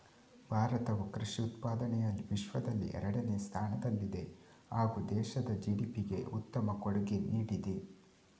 ಭಾರತವು ಕೃಷಿ ಉತ್ಪಾದನೆಯಲ್ಲಿ ವಿಶ್ವದಲ್ಲಿ ಎರಡನೇ ಸ್ಥಾನದಲ್ಲಿದೆ ಹಾಗೂ ದೇಶದ ಜಿ.ಡಿ.ಪಿಗೆ ಉತ್ತಮ ಕೊಡುಗೆ ನೀಡಿದೆ